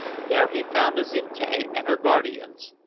there he found azinte and her guardians.